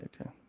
Okay